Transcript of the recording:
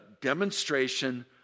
demonstration